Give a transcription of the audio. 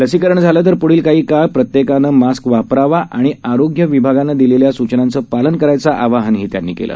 लसीकरण झाल तर प्ढील कांही काळ प्रत्येकांनी मास्क वापरावा आणि आरोग्य विभागानं दिलेल्या सूचनांचं पालन करण्याच आवाहन ही त्यांनी केल